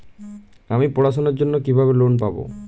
আমি পড়াশোনার জন্য কিভাবে লোন পাব?